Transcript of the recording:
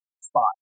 spot